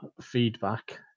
feedback